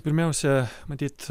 pirmiausia matyt